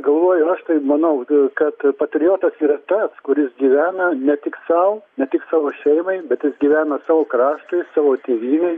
galvoju aš manau kad patriotas yra tas kuris gyvena ne tik sau ne tik savo šeimai bet jis gyvena savo kraštui savo tėvynei